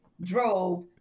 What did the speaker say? drove